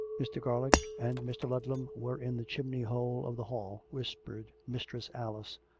mr. garlick and mr. ludlam were in the chimney hole of the hall whispered mistress alice,